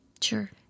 Sure